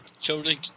children